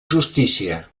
justícia